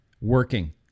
working